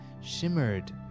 shimmered